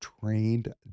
trained